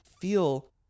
feel